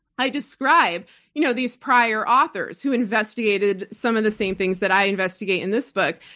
i describe you know these prior authors who investigated some of the same things that i investigate in this book.